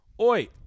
Oi